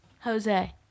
Jose